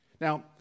Now